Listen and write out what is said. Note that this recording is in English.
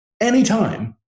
Anytime